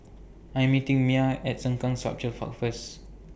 I'm meeting Myah At Sengkang Sculpture Park First